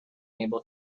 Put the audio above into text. able